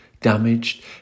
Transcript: damaged